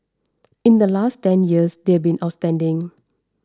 in the last ten years they've been outstanding